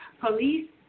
Police